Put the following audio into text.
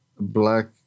Black